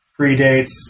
predates